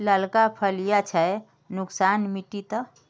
लालका फलिया छै कुनखान मिट्टी त?